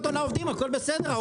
לעובדים, הכול בסדר.